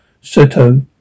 Soto